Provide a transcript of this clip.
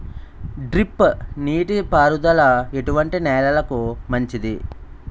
Drip నీటి పారుదల ఎటువంటి నెలలకు మంచిది?